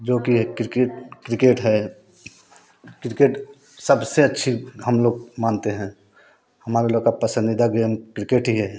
जोकि एक cricket cricket है क्रिकेट सबसे अच्छी हम लोग मानते हैं हमारा लोग का पसंदीदा गेम क्रिकेट ही है